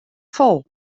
fol